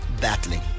battling